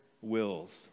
wills